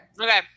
Okay